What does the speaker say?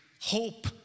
hope